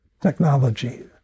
technology